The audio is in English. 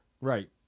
right